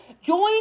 Join